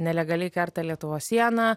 nelegaliai kerta lietuvos sieną